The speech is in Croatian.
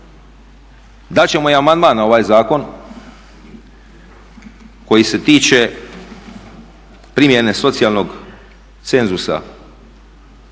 Dat ćemo amandman na ovaj zakon koji se tiče primjene socijalnog cenzusa